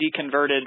deconverted